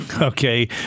okay